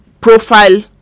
profile